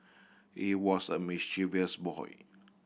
he was a mischievous boy